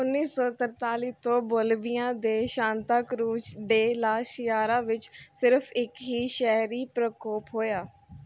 ਉੱਨੀ ਸੌ ਤਰਤਾਲੀ ਤੋਂ ਬੋਲੀਵੀਆ ਦੇ Santa Cruz de la Sierra ਵਿੱਚ ਸਿਰਫ਼ ਇੱਕ ਹੀ ਸ਼ਹਿਰੀ ਪ੍ਰਕੋਪ ਹੋਇਆ